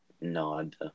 nod